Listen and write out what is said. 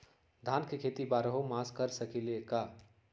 धान के खेती बारहों मास कर सकीले का?